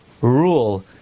rule